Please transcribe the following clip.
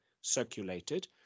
circulated